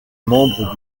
membres